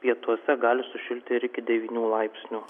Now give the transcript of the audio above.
pietuose gali sušilti iki devynių laipsnių